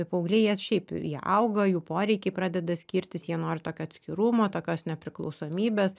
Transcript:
paaugliai jie šiaip jie auga jų poreikiai pradeda skirtis jie nori tokio atskirumo tokios nepriklausomybės